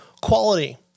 quality